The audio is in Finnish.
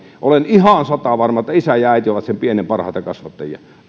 olen ihan satavarma että isä ja äiti ovat sen pienen parhaita kasvattajia